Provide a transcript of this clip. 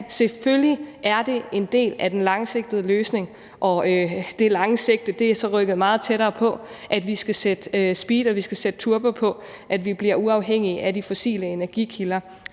selvfølgelig er det en del af den langsigtede løsning, og det lange sigte er så rykket meget tættere på, at vi skal sætte speed og vi skal sætte turbo på, at vi bliver uafhængige af de fossile energikilder.